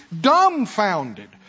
dumbfounded